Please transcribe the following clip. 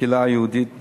לקהילה היהודית בטולוז,